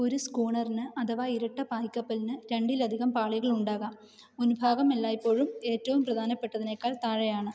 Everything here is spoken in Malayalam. ഒരു സ്കൂണറിന് അഥവാ ഇരട്ട പായ്കപ്പലിനു രണ്ടിലധികം പാളികൾ ഉണ്ടാകാം മുൻഭാഗം എല്ലായ്പ്പോഴും ഏറ്റവും പ്രധാനപ്പെട്ടതിനേക്കാൾ താഴെയാണ്